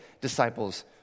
disciples